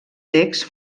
texts